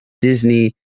Disney